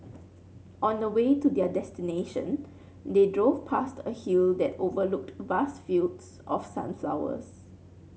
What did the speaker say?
on the way to their destination they drove past a hill that overlooked vast fields of sunflowers